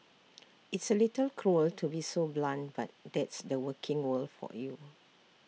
it's A little cruel to be so blunt but that's the working world for you